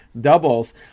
doubles